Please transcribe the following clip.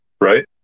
right